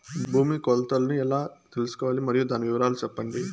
భూమి కొలతలను ఎలా తెల్సుకోవాలి? మరియు దాని వివరాలు సెప్పండి?